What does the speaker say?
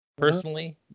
Personally